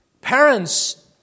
parents